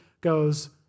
goes